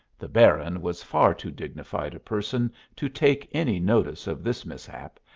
the baron was far too dignified a person to take any notice of this mishap,